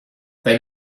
they